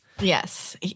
Yes